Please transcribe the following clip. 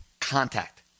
contact